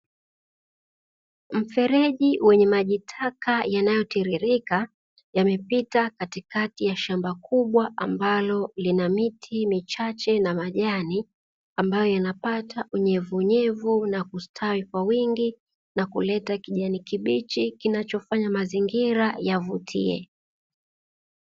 Mfereji wenye maji taka yanayotiririka yamepita katikati ya shamba kubwa ambalo lina miti michache na majani ambayo yanapata unyevunyevu na kustawi kwa wingi, na kuleta kijani kibichi kinachofanya mazingira yavutie.